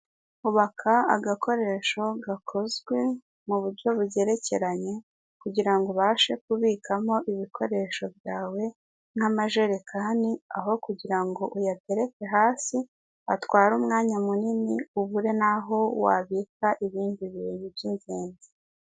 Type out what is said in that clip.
Ubaka agakoresho gakozwe mu buryo bugerekeranye kugira ngo ubashe kubikamo ibikoresho byawe nk'amajerekani aho kugira ngo uyatereke hasi atware umwanya munini ubure naho watereka ibindi ibintu by'ingenzi.